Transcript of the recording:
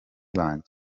banjye